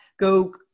go